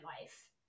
life